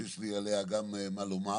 שיש לי עליה גם מה לומר